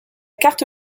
carte